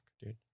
dude